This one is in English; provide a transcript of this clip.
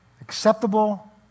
acceptable